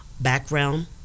background